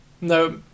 No